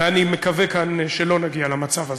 ואני מקווה כאן שלא נגיע למצב הזה.